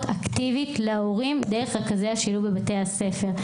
אקטיבית להורים דרך רכזי השילוב בבתי הספר.